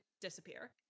disappear